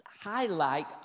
highlight